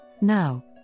Now